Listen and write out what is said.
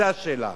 זו השאלה.